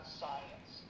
science